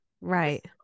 Right